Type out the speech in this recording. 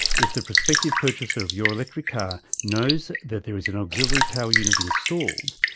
if the prospective purchaser of your electric car knows that there is an auxiliary power unit installed,